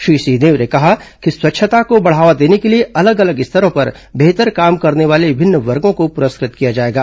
श्री सिंहदेव ने कहा कि स्वच्छता को बढ़ावा देने के लिए अलग अलग स्तरों पर बेहतर काम करने वाले विभिन्न वर्गो को पुरस्कृत किया जाएगा